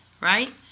right